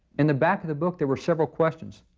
in the back of the book there were several questions.